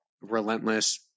relentless